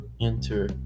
enter